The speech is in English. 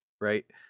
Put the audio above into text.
right